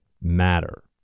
matter